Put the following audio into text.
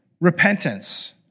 repentance